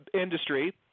industry